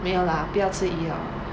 没有 lah 不要吃鱼 liao